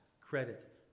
credit